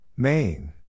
Main